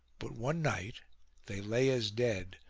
but one night they lay as dead,